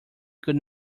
could